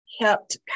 kept